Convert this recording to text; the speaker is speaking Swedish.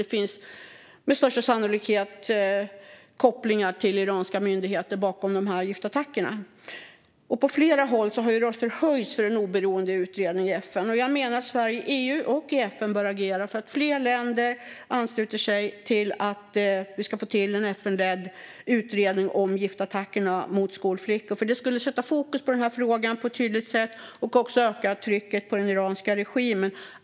Det finns med största sannolikhet kopplingar till iranska myndigheter bakom giftattackerna. Från flera håll har röster höjts för en oberoende utredning av FN. Jag menar att Sverige i EU och i FN bör agera för att fler länder ansluter sig till att få till en FN-ledd utredning av giftattackerna mot skolflickor. Det skulle sätta fokus på frågan på ett tydligt sätt och öka trycket på den iranska regimen.